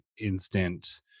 instant